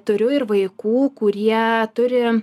turiu ir vaikų kurie turi